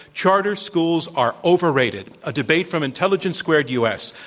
charter schools are overrated, a debate from intelligence squared u. s.